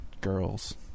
girls